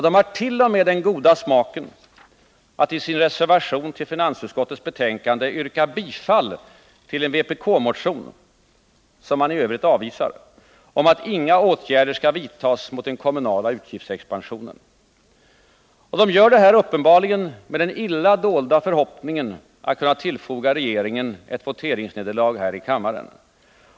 De har t.o.m. den goda smaken att i sin reservation till finansutskottets betänkande yrka bifall till en vpk-motion — som man i övrigt avvisar — om att inga åtgärder skall vidtas mot den kommunala utgiftsexpansionen. De gör det uppenbarligen med den illa dolda förhoppningen att kunna tillfoga regeringen ett voteringsnederlag här i kammaren.